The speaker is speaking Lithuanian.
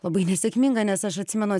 labai nesėkminga nes aš atsimenu